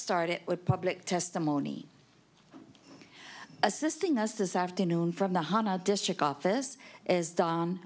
started with public testimony assisting us this afternoon from the hon a district office is